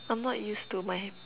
I'm not used to my